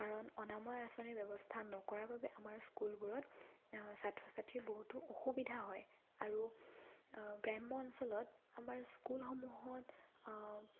কাৰণ অনাময় আঁচনিৰ ব্যৱস্থা নকৰাৰ বাবে আমাৰ স্কুলবোৰত ছাত্ৰ ছাত্ৰী বহুতো অসুবিধা হয় আৰু গ্ৰাম্য অঞ্চলত আমাৰ স্কুলসমূহত